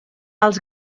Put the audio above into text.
els